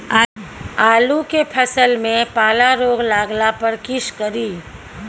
आलू के फसल मे पाला रोग लागला पर कीशकरि?